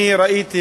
אני ראיתי,